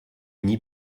uni